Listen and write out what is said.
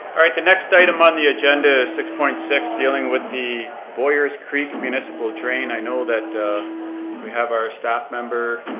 alright, the next item on the agenda is six point six, dealing with the boyers creek municipal drain. i know that we have our staff member,